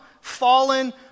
fallen